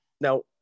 now